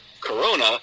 corona